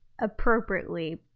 appropriately